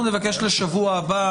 אנחנו נבקש לשבוע הבא